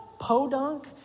podunk